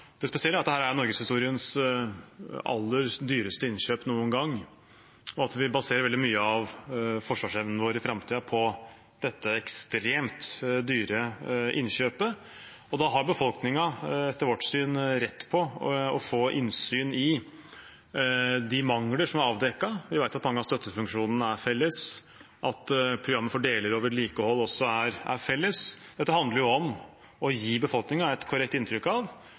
på dette ekstremt dyre innkjøpet. Da har befolkningen, etter vårt syn, rett til å få innsyn i de mangler som er avdekket. Vi vet at mange av støttefunksjonene er felles, at programmet for deler og vedlikehold også er felles. Dette handler jo om å gi befolkningen et korrekt inntrykk av